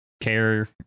Care